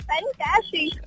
Fantastic